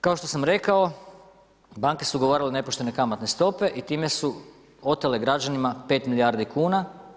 Kao što sam rekao, banke su ugovarale nepoštene kamatne stope i time su otele građanima 5 milijardi kuna.